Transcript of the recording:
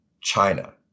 China